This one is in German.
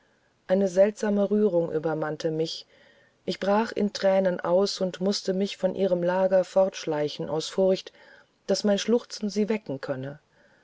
eine seltsame rührung übermannte mich ich brach in thränen aus und mußte mich von ihrem lager fortschleichen aus furcht daß mein schluchzen sie wecken könne